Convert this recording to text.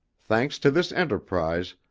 thanks to this enterprise,